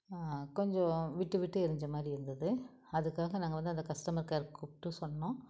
கொஞ்சம் விட்டு விட்டு எறிந்த மாதிரி இருந்தது அதுக்காக நாங்கள் வந்து அந்த கஸ்டமர் கேருக்கு கூப்பிட்டு சொன்னோம்